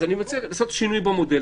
אז אני מציע לעשות שינוי במודל.